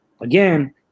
Again